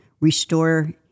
restore